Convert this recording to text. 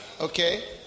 Okay